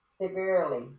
severely